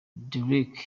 derek